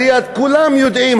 הרי כולם יודעים,